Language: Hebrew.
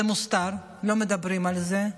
זה מוסתר, לא מדברים על זה.